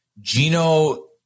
Gino